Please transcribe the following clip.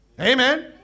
Amen